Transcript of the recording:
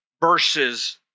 versus